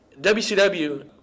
WCW –